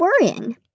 worrying